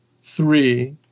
three